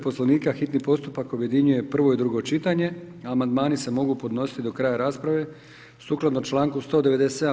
Poslovnika hitni postupak objedinjuje prvo i drugo čitanje, amandmani se mogu podnositi do kraja rasprave sukladno članku 197.